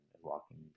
walking